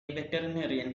veterinarian